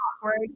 awkward